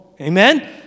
Amen